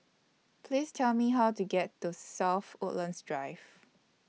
Please Tell Me How to get to South Woodlands Drive